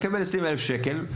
מקבל 20,000 שקל,